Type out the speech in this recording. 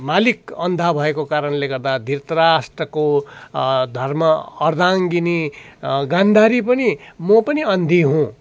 मालिक अन्धा भएको कारणले गर्दा धृतराष्ट्रको धर्म अर्धाङ्गिनी गान्धारी पनि म पनि अन्धी हुँ